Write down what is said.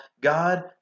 God